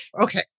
Okay